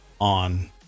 on